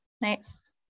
Nice